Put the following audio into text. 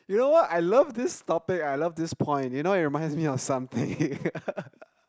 you know what I love this topic I love this point you know it reminds me of something